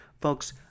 Folks